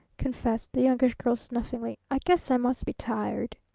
confessed the youngish girl, snuffingly. i guess i must be tired.